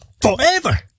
forever